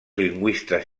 lingüistes